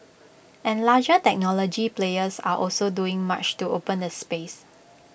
and larger technology players are also doing much to open the space